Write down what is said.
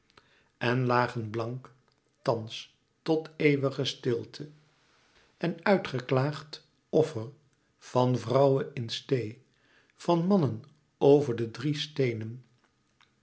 en lagen blank thans tot eeuwige stilte en uitgeklaagd offer van vrouwen in steê van mannen over de drie steenen